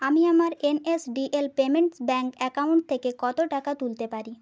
আমি আমার N S D L payments bank account থেকে কতো টাকা তুলতে পারি